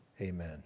Amen